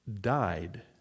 died